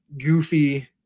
goofy